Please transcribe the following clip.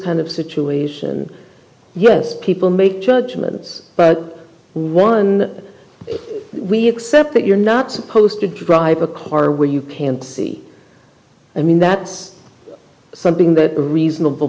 kind of situation yes people make judgments but one that we accept that you're not supposed to drive a car when you can't see i mean that's something that a reasonable